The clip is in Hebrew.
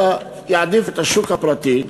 אלא יעדיף את השוק הפרטי,